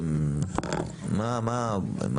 מה, מה?